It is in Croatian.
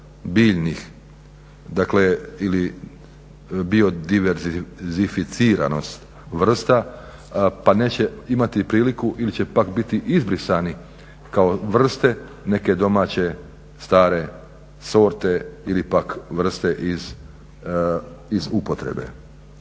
biljnih, dakle ili … vrsta pa neće imati priliku ili će pak biti izbrisani kao vrste neke domaće stare sorte ili pak vrste iz upotrebe.